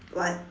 what